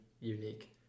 unique